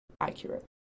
accurate